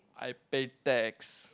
I pay tax